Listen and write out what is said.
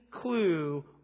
clue